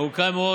ארוכה מאוד,